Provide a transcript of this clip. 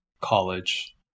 college